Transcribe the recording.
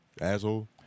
Asshole